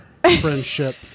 friendship